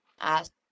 ask